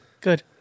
Good